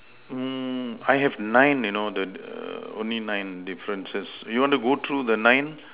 mm I have nine you know the err only nine differences you wanna go through the nine